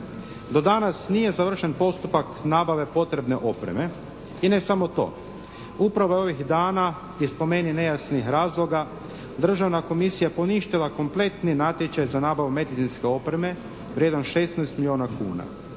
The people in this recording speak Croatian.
do danas nije završen postupak nabave potrebne opreme. I ne samo to, upravo je ovih dana iz po meni nejasnih razloga Državna komisija poništila kompletni natječaj medicinske opreme vrijedan 16 milijuna kuna.